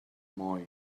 moi